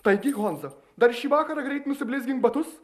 taigi honza dar šį vakarą greit nusiblizgink batus